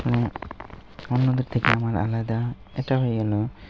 ত অন্যদের থেকে আমার আলাদা এটা হয়ে গেল